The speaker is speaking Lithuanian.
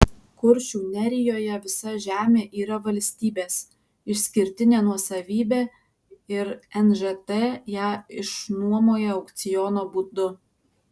kuršių nerijoje visa žemė yra valstybės išskirtinė nuosavybė ir nžt ją išnuomoja aukciono būdu